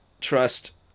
trust